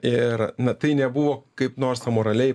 ir na tai nebuvo kaip nors amoraliai